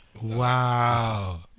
Wow